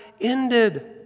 ended